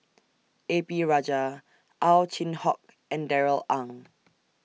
A P Rajah Ow Chin Hock and Darrell Ang